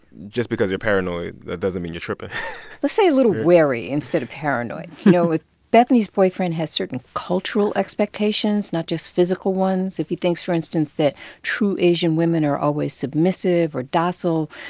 just because you're paranoid, that doesn't mean you're tripping let's say a little wary instead of paranoid. you know, with bethany's boyfriend has certain cultural expectations, not just physical ones. if he thinks, for instance, that true asian women are always submissive or docile,